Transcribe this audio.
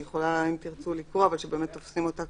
אני יכולה אם תרצו לקרוא שבאמת תופסים אותה